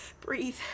breathe